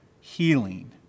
healing